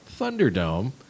Thunderdome